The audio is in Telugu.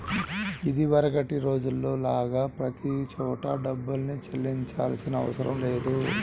ఇదివరకటి రోజుల్లో లాగా ప్రతి చోటా డబ్బుల్నే చెల్లించాల్సిన అవసరం లేదు